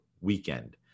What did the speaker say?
weekend